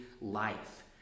life